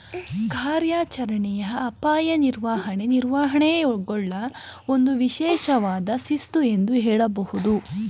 ಕಾರ್ಯಾಚರಣೆಯ ಅಪಾಯ ನಿರ್ವಹಣೆ ನಿರ್ವಹಣೆಯೂಳ್ಗೆ ಒಂದು ವಿಶೇಷವಾದ ಶಿಸ್ತು ಎಂದು ಹೇಳಬಹುದು